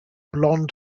blond